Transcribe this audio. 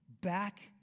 back